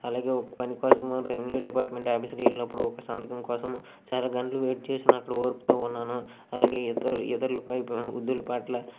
అలాగే ఒక పని కోసం రెవెన్యూ డిపార్ట్మెంట్ ఆఫీస్కి వెళ్ళినప్పుడు ఒక సంతకం కోసం చాలా గంటలు వెయిట్ చేసిన అక్కడ ఓర్పుతో ఉన్నాను అలాగే ఇతరు ఇతరులపై వృద్ధుల పట్ల